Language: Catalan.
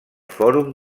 fòrum